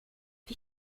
wie